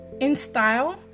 InStyle